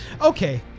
Okay